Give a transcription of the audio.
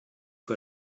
für